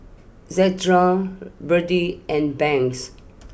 Zandra Berdie and Banks